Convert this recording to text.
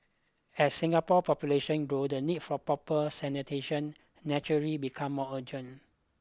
as Singapore population grew the need for proper sanitation naturally become more urgent